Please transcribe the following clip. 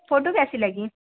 photo कैसी लगी